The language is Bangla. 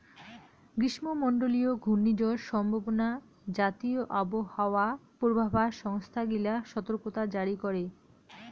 গ্রীষ্মমণ্ডলীয় ঘূর্ণিঝড় সম্ভাবনা জাতীয় আবহাওয়া পূর্বাভাস সংস্থা গিলা সতর্কতা জারি করে